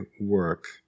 work